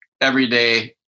everyday